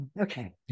okay